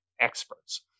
experts